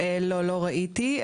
לא לא ראיתי,